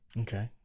Okay